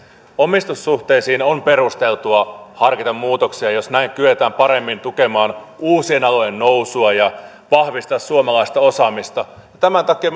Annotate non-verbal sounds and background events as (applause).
omistussuhteisiin on perusteltua harkita muutoksia jos näin kyetään paremmin tukemaan uusien alojen nousua ja vahvistamaan suomalaista osaamista tämän takia (unintelligible)